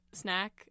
snack